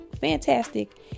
fantastic